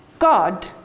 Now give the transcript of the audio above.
God